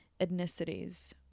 ethnicities